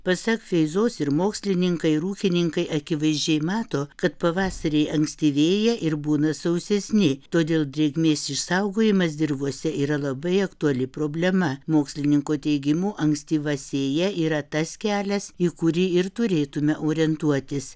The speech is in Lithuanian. pasak feizos ir mokslininkai ir ūkininkai akivaizdžiai mato kad pavasariai ankstyvėja ir būna sausesni todėl drėgmės išsaugojimas dirvose yra labai aktuali problema mokslininko teigimu ankstyva sėja yra tas kelias į kurį ir turėtume orientuotis